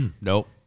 Nope